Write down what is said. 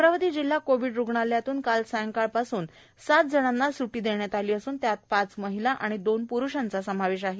अमरावती जिल्हा कोविड रूग्णालयातून काल सायंकाळपासून सातजणांना स्टी देण्यात आली असून त्यात पाच महिला आणि दोन प्रुषांचा समावेश आहे